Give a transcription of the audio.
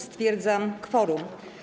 Stwierdzam kworum.